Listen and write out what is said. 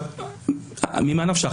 ממה נפשך?